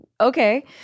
Okay